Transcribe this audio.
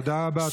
תודה רבה.